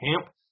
camp